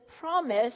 promise